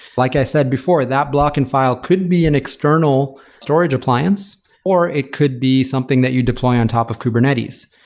like i said before, that block and file could be an external storage appliance or it could be something that you deploy on top of kubernetes.